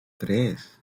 tres